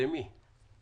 למי?